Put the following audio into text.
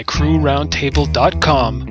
CrewRoundtable.com